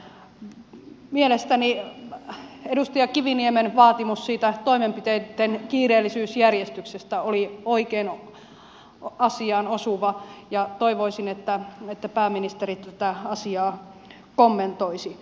mielestäni edustaja kiviniemen vaatimus toimenpiteitten kiireellisyysjärjestyksestä oli oikein asiaan osuva ja toivoisin että pääministeri tätä asiaa kommentoisi